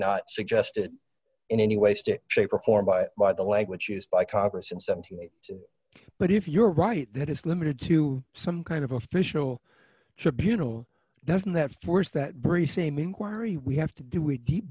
not suggested in any way stick shape or form by by the language used by congress in seventy eight but if you're right that is limited to some kind of official tribunal doesn't that force that bree same inquiry we have to do w